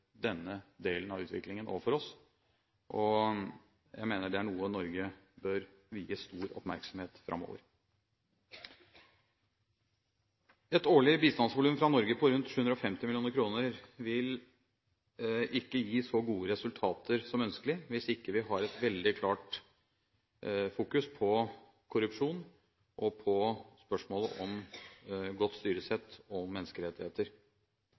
denne delen av utviklingen overfor oss, og jeg mener det er noe Norge bør vie stor oppmerksomhet framover. Et årlig bistandsvolum fra Norge på rundt 750 mill. kr vil ikke gi så gode resultater som ønskelig hvis ikke vi har et veldig klart fokus på korrupsjon og på spørsmålet om godt styresett og menneskerettigheter.